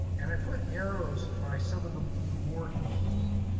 and i put arrows by some of the the more key